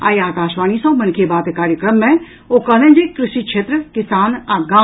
आइ आकाशवाणी सँ मन की बात कार्यक्रम मे ओ कहलनि जे कृषि क्षेत्र किसान आ गाम